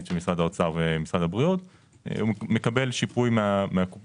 של משרדי האוצר והבריאות מקבל שיפוי מהקופה,